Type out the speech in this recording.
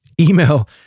Email